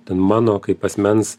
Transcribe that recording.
ten mano kaip asmens